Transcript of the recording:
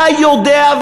אתה יודע,